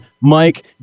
mike